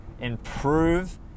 improve